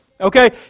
Okay